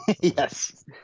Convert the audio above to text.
Yes